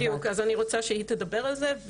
בדיוק, אז אני רוצה שהיא תדבר על זה.